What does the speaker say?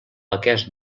aquest